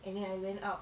and then I went out